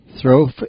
throw